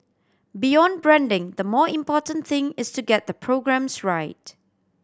beyond branding the more important thing is to get the programmes right